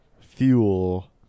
fuel